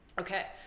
Okay